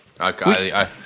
Okay